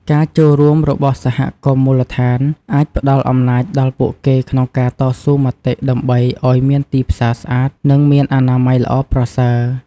ការចូលរួមរបស់សហគមន៍មូលដ្ឋានអាចផ្តល់អំណាចដល់ពួកគេក្នុងការតស៊ូមតិដើម្បីឲ្យមានទីផ្សារស្អាត និងមានអនាម័យល្អប្រសើរ។